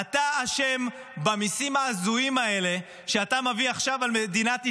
אתה אשם במיסים ההזויים שאתה מביא עכשיו על מדינת ישראל.